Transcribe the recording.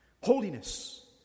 Holiness